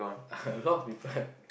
a lot of people